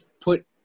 put